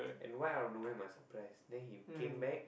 and why out of nowhere must surprise then he came back